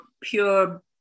pure